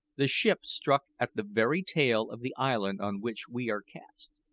the ship struck at the very tail of the island on which we are cast.